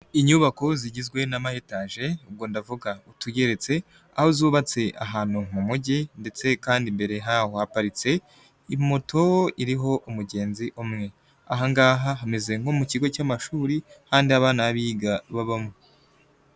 Inyubako zigizwe n'amayetaje ubwo ndavuga utugeretse aho zubatse ahantu mu mujyi ndetse kandi imbere h'aho haparitse moto iriho umugenzi umwe, aha ngaha hameze nko mu kigo cy'amashuri hahandi abana baba biga babamo.